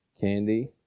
Candy